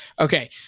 okay